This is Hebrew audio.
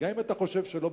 גם אם אתה חושב שלא,